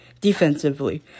defensively